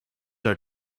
are